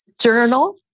Journal